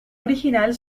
original